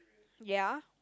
ya